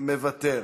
מוותר,